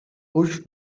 pushed